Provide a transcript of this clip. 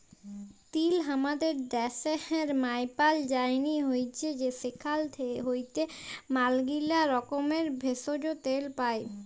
তিল হামাদের ড্যাশের মায়পাল যায়নি হৈচ্যে সেখাল হইতে ম্যালাগীলা রকমের ভেষজ, তেল পাই